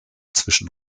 zwischen